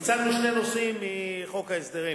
פיצלנו שני נושאים מחוק ההסדרים: